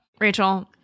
Rachel